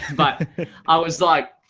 but i was like,